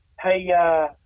hey